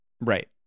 right